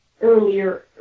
earlier